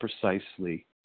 precisely